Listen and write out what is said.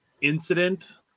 incident